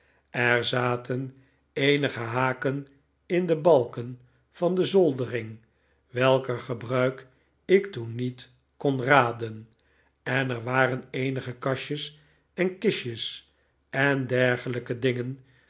er zaten eenige haken in de balken van de zoldering welker gebruik ik toen niet kon raden en er waren eenige kastjes en kistjes en dergelijke dingen